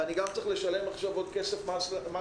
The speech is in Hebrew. ואני גם צריך לשלם עכשיו עוד כסף למדינה?